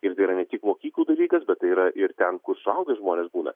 ir tai yra ne tik mokyklų dalykas bet tai yra ir ten kur suaugę žmonės būna